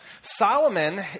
Solomon